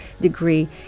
degree